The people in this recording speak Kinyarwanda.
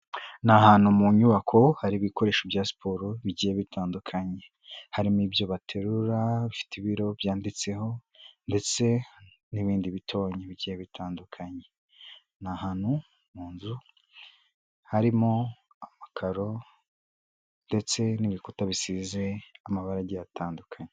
Ni ahantu mu nyubako hari ibikoresho bya siporo bigiye bitandukanye. Harimo ibyo baterura bifite ibiro byanditseho ndetse n'ibindi bitonya bigiye bitandukanye. Ni ahantu mu nzu harimo amakaro ndetse n'ibikuta bisize amabara agiye atandukanye.